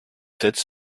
tête